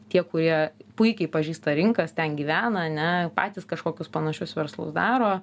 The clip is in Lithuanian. tie kurie puikiai pažįsta rinkas ten gyvena ane patys kažkokius panašius verslus daro